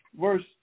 Verse